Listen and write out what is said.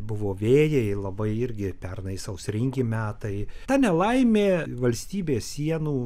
buvo vėjai labai irgi pernai sausringi metai ta nelaimė valstybės sienų